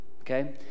okay